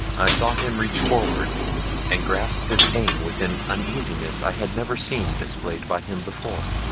i saw him reach forward and grasp his cane with an uneasiness i had never seen displayed by him before.